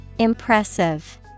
Impressive